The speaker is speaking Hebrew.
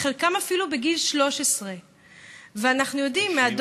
וחלקם אפילו בגיל 13. 90%?